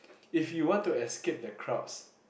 if you want to escape the crowds